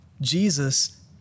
Jesus